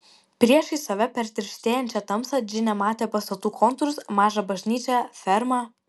priešais save per tirštėjančią tamsą džinė matė pastatų kontūrus mažą bažnyčią fermą